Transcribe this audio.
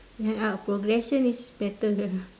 uh ya our progression is better